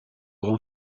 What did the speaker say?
grand